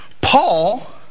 Paul